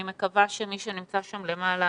אני מקווה שמי שנמצא שם למעלה,